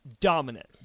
dominant